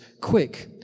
Quick